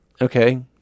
Okay